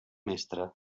mestre